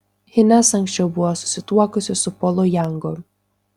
hines anksčiau buvo susituokusi su polu jangu